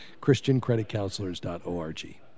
christiancreditcounselors.org